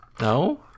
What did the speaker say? No